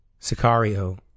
Sicario